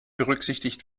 berücksichtigt